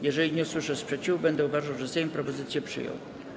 Jeżeli nie usłyszę sprzeciwu, będę uważał, że Sejm propozycje przyjął.